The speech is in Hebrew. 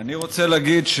אני רוצה להגיד,